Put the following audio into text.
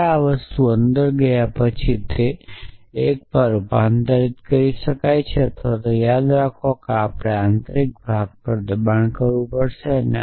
એકવાર આ અવગણના અંદર જાય પછી તે અંદર જાય છે અને તેને એકમાં રૂપાંતરિત કરે છે અથવા યાદ રાખો કે આપણે આંતરિક ભાગમાં દબાણ કરવું પડશે